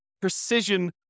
precision